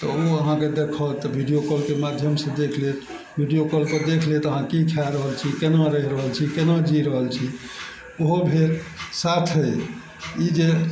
तऽ ओ अहाँके देखत वीडियो कॉलके माध्यमसँ देख लेत वीडियो कॉलपर देख लेत अहाँ की खा रहल छी केना रहि रहल छी केना जी रहल छी ओहो भेल साथे ई जे